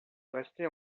restée